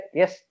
yes